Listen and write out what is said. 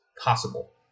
possible